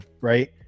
right